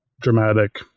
dramatic